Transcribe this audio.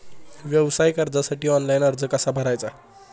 व्यवसाय कर्जासाठी ऑनलाइन अर्ज कसा भरायचा?